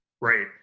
Right